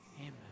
Amen